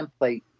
template